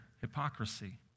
hypocrisy